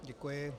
Děkuji.